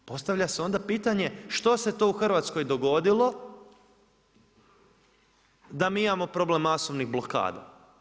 Postavlja se onda pitanje što se to u Hrvatskoj dogodilo da mi imamo problem masovnih blokada.